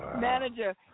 manager